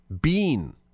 Bean